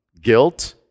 guilt